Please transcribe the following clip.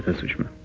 ah sushma!